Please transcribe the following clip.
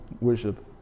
worship